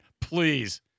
Please